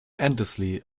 endlessly